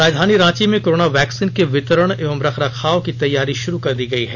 राजधानी रांची में corona vaccine के वितरण और रख रखाव की तैयारी शुरू कर दी गयी है